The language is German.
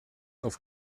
auf